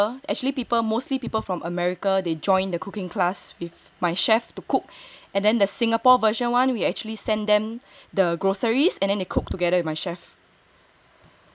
mm 所以 people from America actually people mostly people from America they joined the cooking class with my chef to cook and then the Singapore version one we actually send them the groceries and then they cook together with my chef